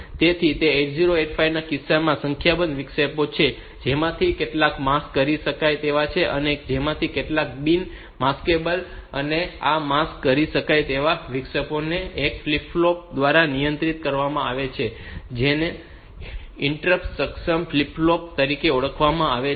તેથી 8085 ના કિસ્સામાં ત્યાં સંખ્યાબંધ વિક્ષેપો છે જેમાંથી કેટલાક માસ્ક કરી શકાય તેવા છે અને જેમાંથી કેટલાક બિન માસ્કેબલ છે અને આ માસ્ક કરી શકાય તેવા વિક્ષેપોને એક ફ્લિપ ફ્લોપ દ્વારા નિયંત્રિત કરવામાં આવે છે જેને ઇન્ટરપ્ટ સક્ષમ ફ્લિપ ફ્લોપ તરીકે ઓળખવામાં આવે છે